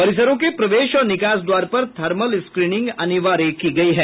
परिसरों के प्रवेश और निकास द्वार पर थर्मल स्क्रीनिंग अनिवार्य की गई है